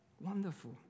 Wonderful